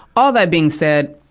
all that being said,